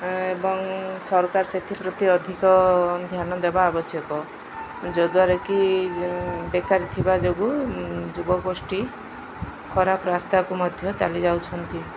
ଏବଂ ସରକାର ସେଥିପ୍ରତି ଅଧିକ ଧ୍ୟାନ ଦେବା ଆବଶ୍ୟକ ଯଦ୍ୱାରା କି ବେକାରୀ ଥିବା ଯୋଗୁଁ ଯୁବଗୋଷ୍ଠୀ ଖରାପ ରାସ୍ତାକୁ ମଧ୍ୟ ଚାଲି ଯାଉଛନ୍ତି